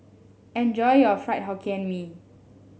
enjoy your Fried Hokkien Mee